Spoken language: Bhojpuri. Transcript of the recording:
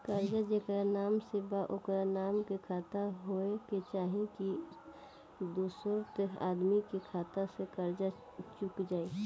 कर्जा जेकरा नाम से बा ओकरे नाम के खाता होए के चाही की दोस्रो आदमी के खाता से कर्जा चुक जाइ?